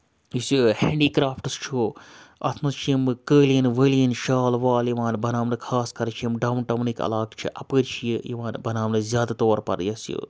یُس یہِ handicrafts چھُ اَتھ منٛز چھِ یِم قٲلیٖن وٲلیٖن شال وال یِوان بَناونہٕ خاص کَر چھِ یِم ڈاوُن ٹاونٕکۍ علاقہٕ چھِ اَپٲرۍ چھِ یہِ یِوان بَناونہٕ زیادٕ طور پَر یَس یہِ